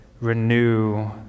renew